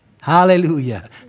Hallelujah